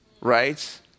right